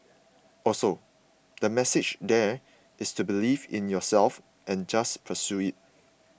also the message there is to believe in yourself and just pursue it